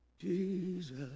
Jesus